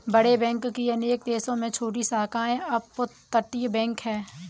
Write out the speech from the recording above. बड़े बैंक की अनेक देशों में छोटी शाखाओं अपतटीय बैंक है